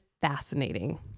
fascinating